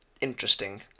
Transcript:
interesting